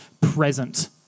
present